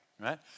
right